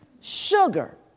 sugar